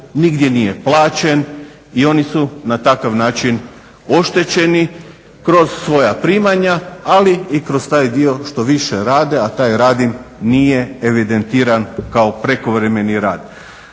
nigdje nije plaćeno i oni su na takav način oštećeni kroz svoja primanja ali i kroz taj dio što više rade a taj rad im nije evidentiran kao prekovremeni rad.